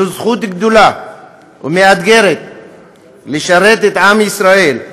זו זכות גדולה ומאתגרת לשרת את עם ישראל,